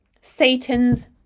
satan's